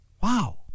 Wow